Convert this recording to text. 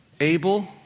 Abel